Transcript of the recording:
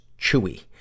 Chewy